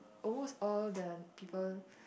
almost all the people